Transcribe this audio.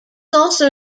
also